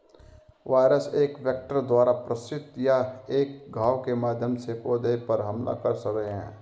virus एक vector द्वारा प्रेषित या एक घाव के माध्यम से पौधे पर हमला कर रहे हैं